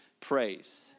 praise